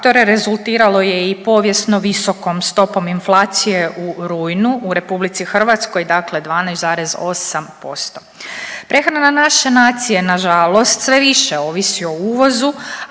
rezultiralo je i povijesno visokom stopom inflacije u rujnu u RH, dakle 12,8%. Prehrana naše nacije, nažalost sve više ovisi o uvozu,